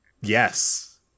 yes